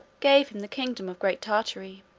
gave him the kingdom of great tartary.